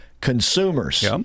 consumers